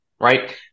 Right